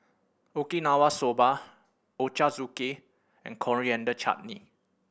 Okinawa Soba Ochazuke and Coriander Chutney